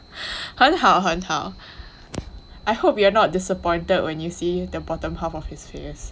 很好很好 I hope you're not disappointed when you see the bottom half of his face